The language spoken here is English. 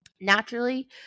naturally